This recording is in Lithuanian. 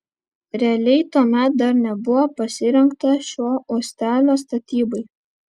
realiai tuomet dar nebuvo pasirengta šio uostelio statybai